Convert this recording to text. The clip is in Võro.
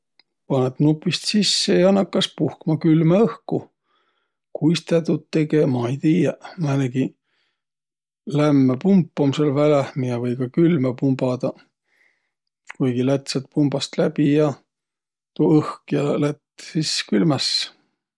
Panõt nupist sisse ja nakkas puhkma külmä õhku. Kuis tä tuud tege, ma ei tiiäq. Määnegi lämmäpump um sääl väläh, miä või ka külmä pumbadaq. Kuigi lätt säält pumbast läbi ja, tuu õhk, ja lätt sis külmäs.